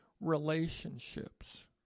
relationships